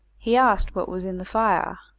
he asked what was in the fire,